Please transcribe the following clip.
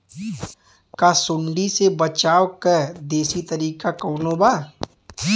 का सूंडी से बचाव क देशी तरीका कवनो बा?